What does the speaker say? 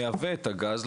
מייבא את הגז,